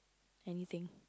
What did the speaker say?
anything